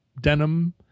denim